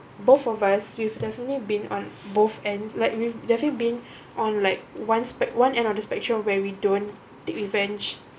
both of us we've definitely been on both end like we've definitely been on like once spec one end of the spectrum where we don't take revenge